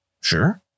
sure